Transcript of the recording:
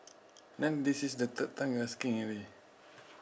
then this is the third time you asking already